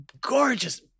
gorgeous